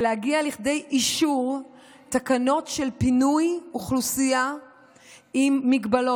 ולהגיע לכדי אישור תקנות של פינוי אוכלוסייה עם מגבלות,